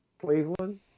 Cleveland